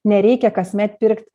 nereikia kasmet pirkt